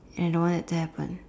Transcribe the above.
and I don't wanna that happen